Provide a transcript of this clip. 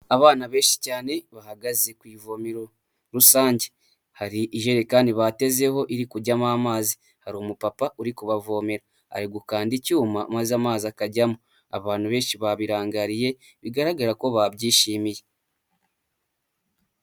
Abana benshi cyane bahagaze ku ivomero rusange, hari ijerekani batezeho iri kujyamo amazi, hari umupapa uri kubavomera ari gukanda icyuma maze amazi akajyamo, abantu benshi babirangariye bigaragara ko babyishimiye.